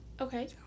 Okay